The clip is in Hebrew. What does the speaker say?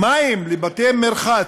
מים לבתי-מרחץ,